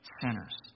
sinners